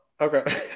okay